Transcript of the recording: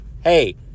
Hey